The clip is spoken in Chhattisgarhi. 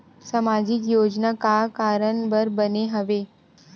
सामाजिक योजना का कारण बर बने हवे?